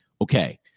Okay